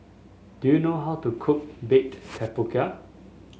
do you know how to cook Baked Tapioca